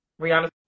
Rihanna